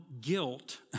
guilt